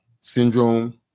syndrome